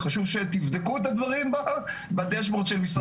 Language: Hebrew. וחשוב שתבדקו את הדברים בדשבורד של משרד הבריאות.